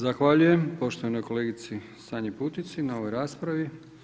Zahvaljujem poštovanoj kolegici Sanji Putici na ovoj raspravi.